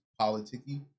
politicky